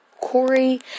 Corey